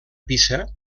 pisa